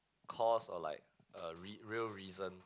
cause or like uh real real reason